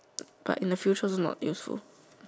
but in the future also not useful